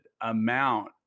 amount